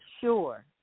sure